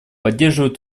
поддерживает